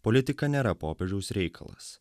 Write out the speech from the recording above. politika nėra popiežiaus reikalas